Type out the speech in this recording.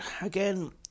again